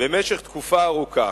במשך תקופה ארוכה.